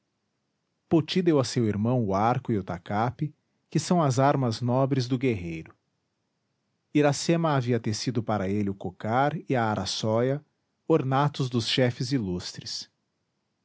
poti deu a seu irmão o arco e o tacape que são as armas nobres do guerreiro iracema havia tecido para ele o cocar e a araçóia ornatos dos chefes ilustres